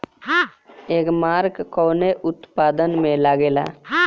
एगमार्क कवने उत्पाद मैं लगेला?